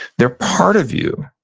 they're part of you,